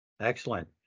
Excellent